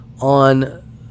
on